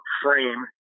frame